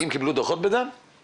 המשרד הוא לא ראש קטן.